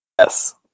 Yes